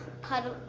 puddle